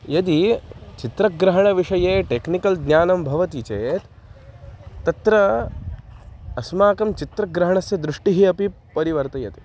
यदि चित्रग्रहणविषये टेक्निकल् ज्ञानं भवति चेत् तत्र अस्माकं चित्रग्रहणस्य दृष्टिः अपि परिवर्तयति